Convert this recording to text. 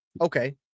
Okay